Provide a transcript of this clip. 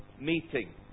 meeting